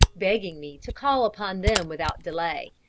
begging me to call upon them without delay.